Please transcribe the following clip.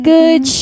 Good